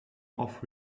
off